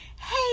Hey